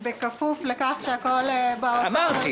בכפוף לכך שהכול יעבור.